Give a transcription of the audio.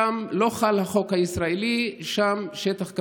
שם לא חל החוק הישראלי ושם זה שטח כבוש,